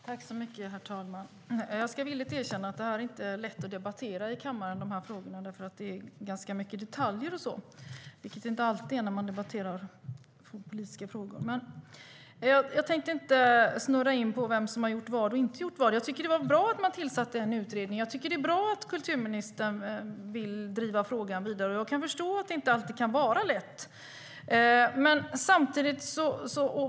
Herr talman! Jag ska villigt erkänna att det inte är lätt att debattera de här frågorna i kammaren, för det är ganska mycket detaljer - det är det inte alltid är när man debatterar politiska frågor. Jag tänkte inte snurra in på vem som har gjort vad och inte gjort vad. Det var bra att man tillsatte en utredning. Det är bra att kulturministern vill driva frågan vidare, och jag kan förstå att det inte alltid är lätt.